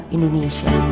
Indonesia